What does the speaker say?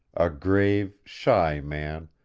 a grave, shy man,